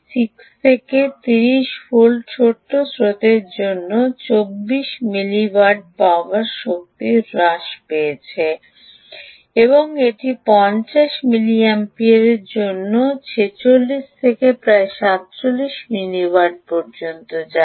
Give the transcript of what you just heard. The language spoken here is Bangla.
6 থেকে 30 ভোল্ট ছোট স্রোতের জন্য 24 মিলি ওয়াট পাওয়ার শক্তি হ্রাস পেয়েছে এবং এটি 50 মিলিঅ্যাম্পিয়ারের জন্য প্রায় 46 প্রায় 47 মিলিওয়াট পর্যন্ত যায়